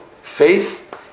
Faith